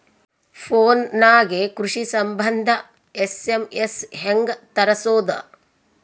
Phone ನಾಗೆ ಕೃಷಿ ಸಂಬಂಧ ಎಸ್.ಎಮ್.ಎಸ್ ಹೆಂಗ ತರಸೊದ?